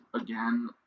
again